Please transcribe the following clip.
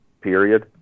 period